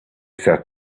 sat